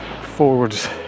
forwards